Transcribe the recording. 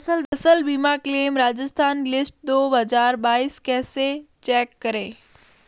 फसल बीमा claim Rajasthan list दो हज़ार बाईस कैसे चेक करें?